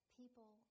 people